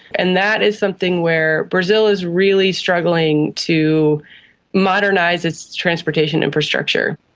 and that is something where brazil is really struggling to modernise its transportation infrastructure.